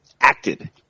acted